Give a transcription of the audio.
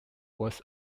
was